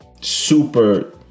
super